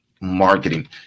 marketing